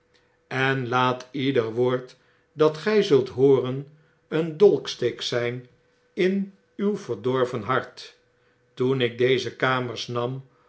en laat ieder woord dat gtj zult hooren een dolksteek zyn in uw verdorven hart toen ik deze kamers nam